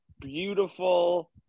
beautiful